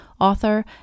author